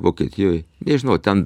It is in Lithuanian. vokietijoj nežinau ten